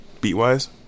beat-wise